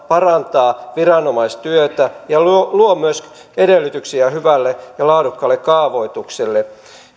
parantaa viranomaistyötä ja luo luo myös edellytyksiä hyvälle ja laadukkaalle kaavoitukselle